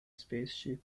spaceship